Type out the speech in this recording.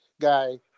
guy